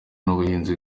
n’ubuhinzi